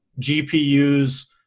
GPUs